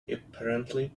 apparently